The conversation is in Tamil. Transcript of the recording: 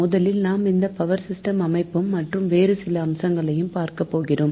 முதலில் நாம் இந்த பவர் சிஸ்டம் அமைப்பும் மற்றும் வேறு சில அம்சங்களையும் பார்க்கப்போகிறோம்